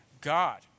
God